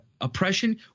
oppression